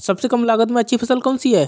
सबसे कम लागत में अच्छी फसल कौन सी है?